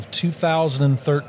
2013